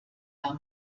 herr